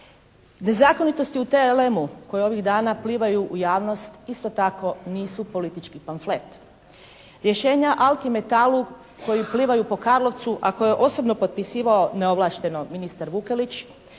Nezakonitosti u TLM-u koje ovih dana plivaju u javnost isto tako nisu politički pamflet. Rješenja Alkimetalu koji plivaju po Karlovcu a koje je osobno potpisivao neovlašteno ministar Vukelić